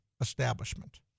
establishment